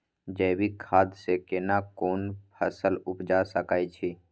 जैविक खाद से केना कोन फसल उपजा सकै छि?